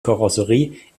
karosserie